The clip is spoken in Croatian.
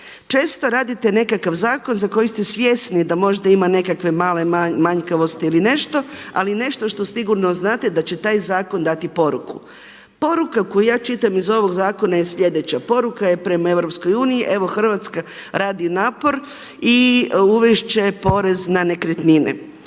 Često radite nekakav zakon za koji ste svjesni da možda ima nekakve male manjkavosti ili nešto ali nešto što sigurno znate da će taj zakon dati poruku. Poruka koju ja čitam iz ovog zakona je sljedeća. Poruka je prema EU, evo Hrvatska radi napor i uvesti će porez na nekretnine.